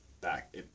back